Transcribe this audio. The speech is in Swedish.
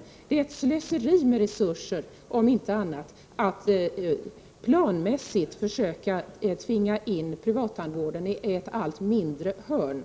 Om inte annat är det ett slöseri med resurser att planmässigt försöka tvinga in privattandvården i ett allt mindre hörn.